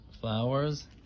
Flowers